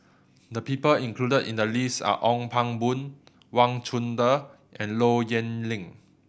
the people included in the list are Ong Pang Boon Wang Chunde and Low Yen Ling